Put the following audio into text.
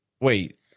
wait